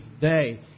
day